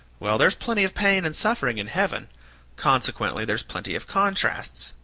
well, there's plenty of pain and suffering in heaven consequently there's plenty of contrasts,